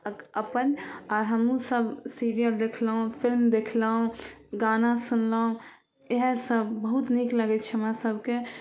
अपन आर हमहूँसभ सिरिअल देखलहुँ फिलिम देखलहुँ गाना सुनलहुँ इएहसब बहुत नीक लागै छै हमरासभकेँ